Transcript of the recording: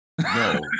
no